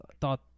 thought